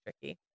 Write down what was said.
tricky